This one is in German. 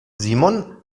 simon